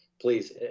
please